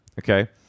Okay